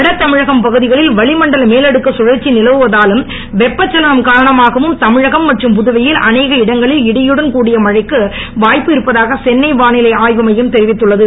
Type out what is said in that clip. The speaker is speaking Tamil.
வடதமிழக பகுதிகளில் வளிமண்டல மேலடுக்கு சுழற்சி நிலவுவதாலும் வெப்பச் சலனம் காரணமாகவும் தமிழகம் மற்றும் புதுவையில் அநேக இடங்களில் இடியுடன் கூடிய மழைக்கு வாய்ப்பு இருப்பதாக சென்னை வானிலை ஆய்வு மையம் தெரிவித்துள்ளது